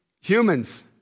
Humans